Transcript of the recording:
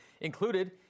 included